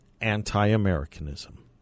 anti-Americanism